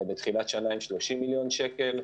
בתחילת שנה עם 30 מיליון שקלים.